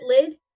Lid